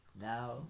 now